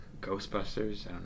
Ghostbusters